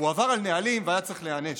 הוא עבר על נהלים והיה צריך להיענש.